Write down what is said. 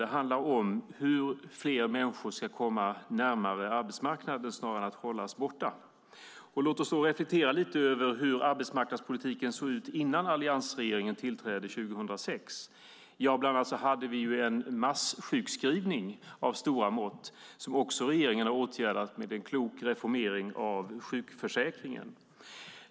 Den handlar om hur fler människor ska komma närmare arbetsmarknaden snarare än att hållas borta från den. Låt oss då reflektera lite över hur arbetsmarknadspolitiken såg ut innan alliansregeringen tillträdde 2006. Bland annat hade vi en massjukskrivning av stora mått, som också regeringen har åtgärdat med hjälp av en klok reformering av sjukförsäkringen.